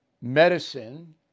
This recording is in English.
medicine